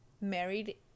married